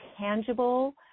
tangible